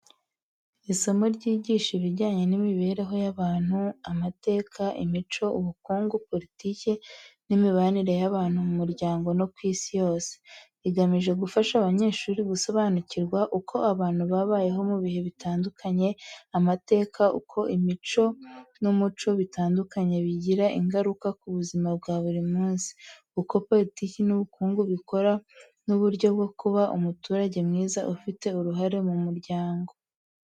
Isomo ryigisha ibijyanye n’imibereho y’abantu, amateka, imico, ubukungu, politiki n’imibanire y’abantu mu muryango no ku isi yose. Rigamije gufasha abanyeshuri gusobanukirwa uko abantu babayeho mu bihe bitandukanye, amateka uko imico n’umuco bitandukanye bigira ingaruka ku buzima bwa buri munsi, uko politiki n’ubukungu bikora n’uburyo bwo kuba umuturage mwiza ufite uruhare mu muryango.